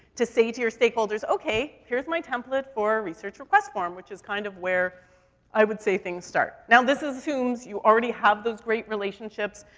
to say to your stakeholders, okay, here's my template for a research request form, which is kind of where i would say things start. now this assumes you already have those great relationships,